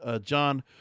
John